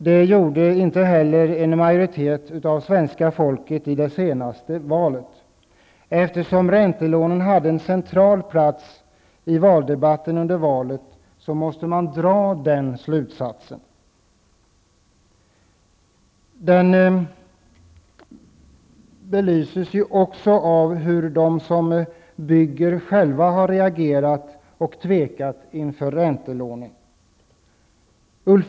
Det trodde heller inte en majoritet av svenska folket på i det senaste valet. Eftersom räntelånen hade en central plats i valdebatten måste man dra den slutsatsen. Det här belyses också av hur de som själva bygger har reagerat och tvekat inför räntelånen.